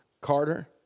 Carter